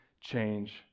change